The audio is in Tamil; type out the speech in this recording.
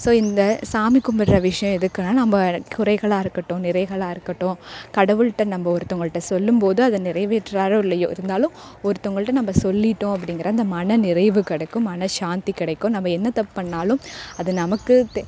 ஸோ இந்த சாமி கும்பிட்ற விஷயம் எதுக்குன்னா நம்ப குறைகளாக இருக்கட்டும் நிறைகளாக இருக்கட்டும் கடவுள்கிட்ட நம்ப ஒருத்தவங்கள்கிட்ட சொல்லும்போது அதை நிறைவேற்றாரோ இல்லையோ இருந்தாலும் ஒருத்தவங்கள்கிட்ட நம்ப சொல்லிவிட்டோம் அப்படிங்கிற அந்த மனநிறைவு கிடைக்கும் மனசாந்தி கிடைக்கும் நம்ம என்ன தப்பு பண்ணாலும் அது நமக்கு தெ